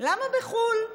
למה בחו"ל?